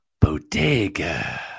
Bodega